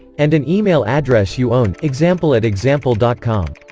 and an email address you own example at example dot com